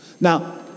Now